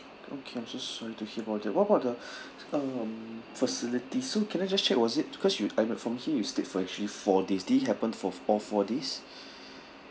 okay I'm so sorry to hear about that what about the um facility so can I just check was it because you I mean from here you stayed for actually four days did it happen for fo~ all four days